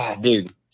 dude